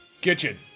Kitchen